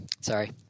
sorry